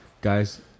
guys